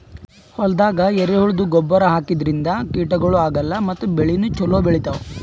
ಹೊಲ್ದಾಗ ಎರೆಹುಳದ್ದು ಗೊಬ್ಬರ್ ಹಾಕದ್ರಿನ್ದ ಕೀಟಗಳು ಆಗಲ್ಲ ಮತ್ತ್ ಬೆಳಿನೂ ಛಲೋ ಬೆಳಿತಾವ್